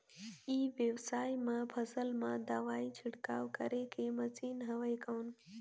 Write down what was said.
ई व्यवसाय म फसल मा दवाई छिड़काव करे के मशीन हवय कौन?